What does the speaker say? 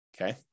okay